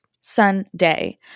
Sunday